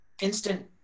Instant